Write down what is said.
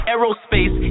Aerospace